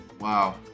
Wow